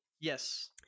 Yes